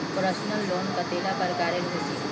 Personal loan कतेला प्रकारेर होचे?